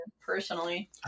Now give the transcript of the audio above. personally